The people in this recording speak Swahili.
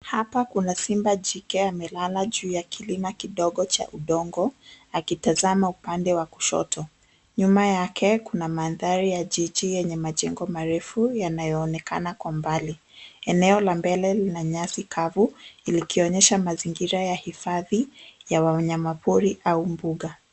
Hapa kuna simba jike amelala juu ya kilima kidogo cha udongo, akitazama upande wa kushoto. Nyuma yake kuna mandhari ya jiji yenye majengo marefu yanayoonekana kwa mbali. Eneo la mbele lina nyasi kavu, likionyesha mazingira ya hifadhi ya wanyamapori au mbuga.